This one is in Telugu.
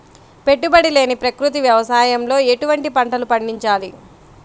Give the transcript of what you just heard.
పెట్టుబడి లేని ప్రకృతి వ్యవసాయంలో ఎటువంటి పంటలు పండించాలి?